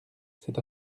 c’est